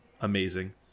amazing